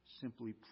simply